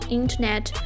internet